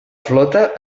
flota